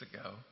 ago